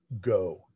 Go